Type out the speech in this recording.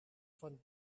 von